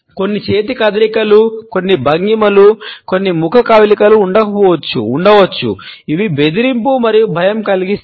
కొన్ని చేతి కదలికలు కొన్ని భంగిమలు కొన్ని ముఖ కవళికలు ఉండవచ్చు ఇవి బెదిరింపు మరియు భయం కలిగిస్తాయి